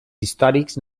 històrics